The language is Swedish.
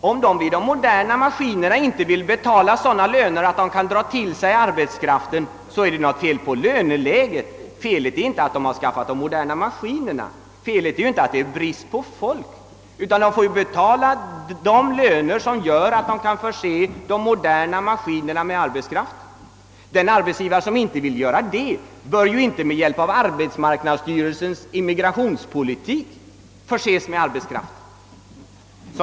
Om arbetsgivarna inte vill betala sådana löner att de kan dra till sig arbetskraft till de moderna maskinerna är det något fel på löneläget och inte på att de skaffat maskinerna. Det är inte brist på arbetskraft. Men de måste betala sådana löner att de kan förse de moderna maskinerna med arbetskraft. Den arbetsgivare som inte vill göra det, bör inte med hjälp av arbetsmarknadsstyrelsens immigrationspolitik förses med arbetskraft.